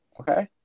Okay